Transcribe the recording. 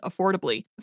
affordably